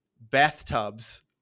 bathtubs